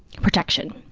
protection.